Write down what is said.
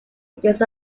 against